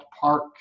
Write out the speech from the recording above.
park